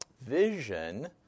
vision